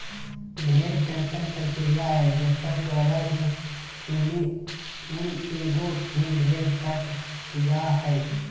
भेड़ कर्तन प्रक्रिया है जेकर द्वारा है ऊनी ऊन एगो की भेड़ कट जा हइ